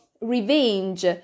revenge